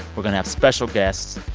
we're going to have special guests.